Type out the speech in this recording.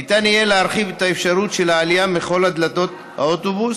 ניתן יהיה להרחיב את האפשרות של העלייה מכל דלתות האוטובוס